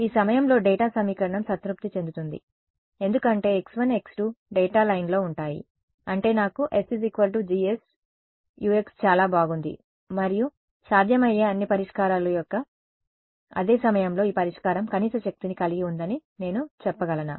ఈ సమయంలో డేటా సమీకరణం సంతృప్తి చెందుతుంది ఎందుకంటే x1 x2 డేటా లైన్లో ఉంటాయి అంటే నాకు s G S Ux చాలా బాగుంది మరియు సాధ్యమయ్యే అన్ని పరిష్కారాల యొక్క అదే సమయంలో ఈ పరిష్కారం కనీస శక్తిని కలిగి ఉందని నేను చెప్పగలనా